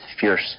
fierce